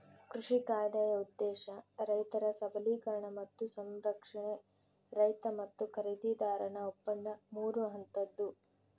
ಕೃಷಿ ಕಾಯ್ದೆಯ ಉದ್ದೇಶ ರೈತರ ಸಬಲೀಕರಣ ಮತ್ತು ಸಂರಕ್ಷಣೆ ರೈತ ಮತ್ತು ಖರೀದಿದಾರನ ಒಪ್ಪಂದ ಮೂರು ಹಂತದ್ದು